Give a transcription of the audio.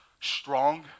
strong